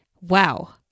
Wow